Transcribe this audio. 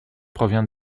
provient